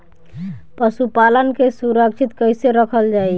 पशुपालन के सुरक्षित कैसे रखल जाई?